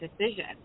decision